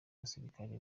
basirikare